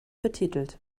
betitelt